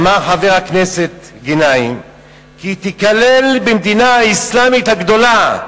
אמר חבר הכנסת גנאים כי היא תיכלל במדינה האסלאמית הגדולה.